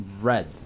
red